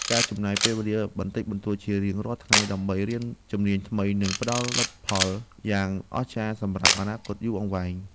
ការចំណាយពេលវេលាបន្តិចបន្តួចជារៀងរាល់ថ្ងៃដើម្បីរៀនជំនាញថ្មីនឹងផ្តល់លទ្ធផលយ៉ាងអស្ចារ្យសម្រាប់អនាគតយូរអង្វែង។